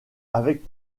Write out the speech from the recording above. avec